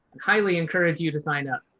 highly encourage you to sign up.